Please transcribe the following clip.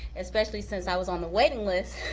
especially since i was on the waiting list